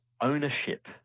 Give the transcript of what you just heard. ownership